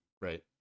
right